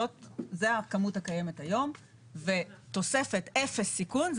זה הכמות הקיימת היום ותוספת אפס סיכון,